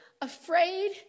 afraid